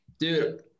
Dude